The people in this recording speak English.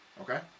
Okay